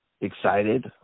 excited